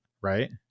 right